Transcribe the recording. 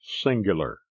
Singular